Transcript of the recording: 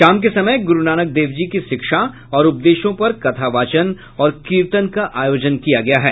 शाम के समय गुरूनानक देव जी की शिक्षा और उपदेशों पर कथावाचन और कीर्तन का आयोजन किया गया है